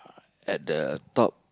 at the top